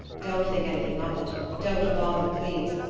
don't think anything of it, don't bother, please.